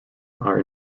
are